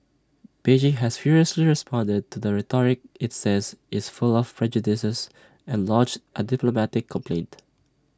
Beijing has furiously responded to the rhetoric IT says is full of prejudices and lodged A diplomatic complaint